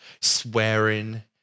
swearing